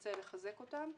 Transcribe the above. נרצה לחזק אותם.